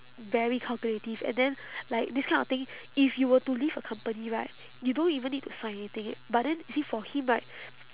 very calculative and then like this kind of thing if you were to leave a company right you don't even need to sign anything eh but then you see for him right